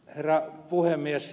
herra puhemies